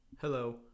Hello